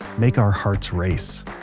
make our hearts race.